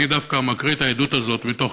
אני דווקא מקריא את העדות הזאת מתוך